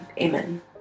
Amen